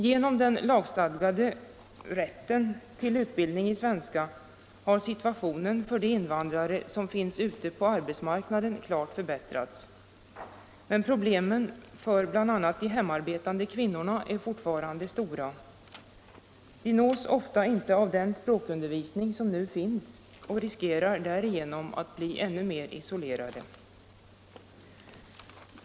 Genom den lagstadgade rätten till utbildning i svenska har situationen för de invandrare som finns ute på arbetsmarknaden klart förbättrats. Men problemen för bl.a. de hemarbetande kvinnorna är fortfarande stora. De nås ofta inte av den språkundervisning som nu finns och riskerar därigenom att bli ännu mer isolerade.